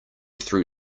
threw